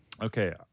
Okay